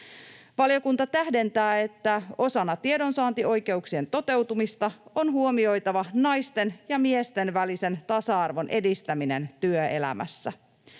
Valiokunta tähdentää, että osana tiedonsaantioikeuksien toteutumista on huomioitava naisten ja miesten välisen tasa-arvon edistäminen työelämässä.